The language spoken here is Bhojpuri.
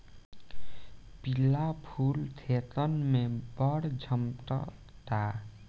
पिला फूल खेतन में बड़ झम्कता